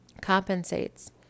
compensates